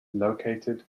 located